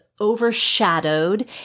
overshadowed